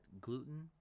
gluten